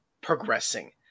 progressing